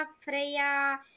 Freya